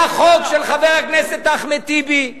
היה חוק של חבר הכנסת אחמד טיבי.